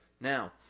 Now